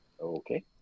Okay